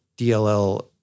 DLL